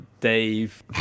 Dave